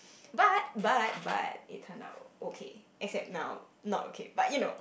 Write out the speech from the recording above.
but but but it turned out okay except now not okay but you know